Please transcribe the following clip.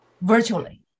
Virtually